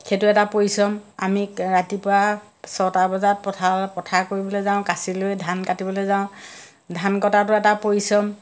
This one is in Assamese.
সেইটো এটা পৰিশ্ৰম আমি ৰাতিপুৱা ছটা বজাত পথাৰ পথাৰ কৰিবলৈ যাওঁ কাঁচি লৈ ধান কাটিবলৈ যাওঁ ধান কটাটো এটা পৰিশ্ৰম